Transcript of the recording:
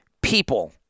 people